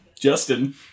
Justin